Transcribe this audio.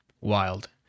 Wild